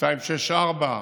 כולל כביש 264,